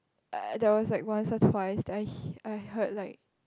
uh there was like once or twice that I he~ I heard like